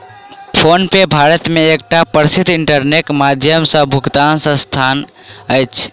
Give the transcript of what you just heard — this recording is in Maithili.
फ़ोनपे भारत मे एकटा प्रसिद्ध इंटरनेटक माध्यम सॅ भुगतानक संस्थान अछि